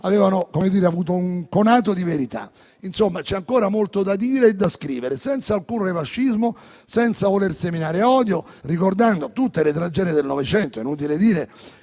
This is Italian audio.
avevano avuto un conato di verità. Insomma, c'è ancora molto da dire e da scrivere, senza alcun revanscismo, senza voler seminare odio, ricordando tutte le tragedie del Novecento. È inutile dire